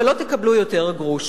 ולא תקבלו יותר גרוש.